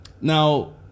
now